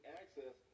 access